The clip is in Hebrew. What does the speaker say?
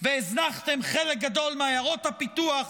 והזנחתם חלק גדול מעיירות הפיתוח,